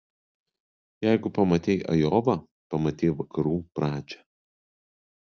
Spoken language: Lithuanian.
jeigu pamatei ajovą pamatei vakarų pradžią